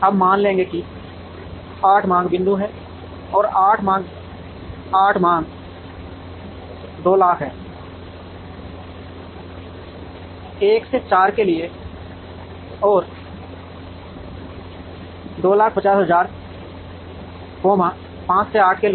अब मान लेंगे कि 8 मांग बिंदु हैं और 8 में मांग 200000 है 1 से 4 के लिए और 250000 5 से 8 के लिए